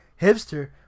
hipster